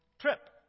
trip